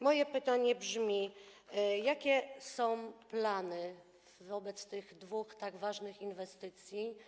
Moje pytanie brzmi: Jakie są plany wobec tych dwóch tak ważnych inwestycji?